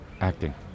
acting